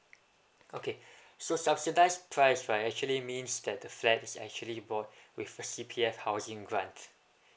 okay so subsidised price right actually means that the flat is actually bought with a C_P_F housing grant